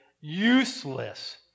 useless